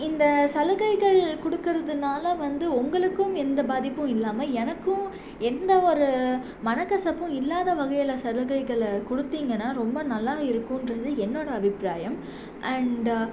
இந்த சலுகைகள் கொடுக்கறதுனால வந்து உங்களுக்கும் எந்த பாதிப்பும் இல்லாமல் எனக்கும் எந்த ஒரு மனக்கசப்பும் இல்லாத வகையில் சலுகைகளை கொடுத்தீங்கன்னா ரொம்ப நல்லா இருக்கும்ன்றது என்னோடய அபிப்ராயம் அண்டு